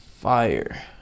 fire